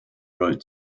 wrote